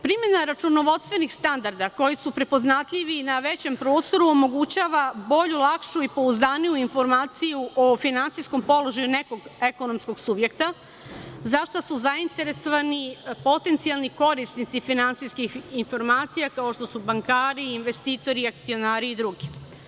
Primena računovodstvenih standarda, koji su prepoznatljivi na većem prostoru, omogućava bolju, lakšu i pouzdaniju informaciju o finansijskom položaju nekog ekonomskog subjekta, za šta su zainteresovani potencijalni korisnici finansijskih informacija, kao što su bankari, investitori, akcionari i drugi.